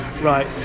right